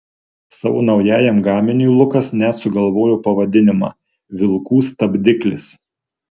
savo naujajam gaminiui lukas net sugalvojo pavadinimą vilkų stabdiklis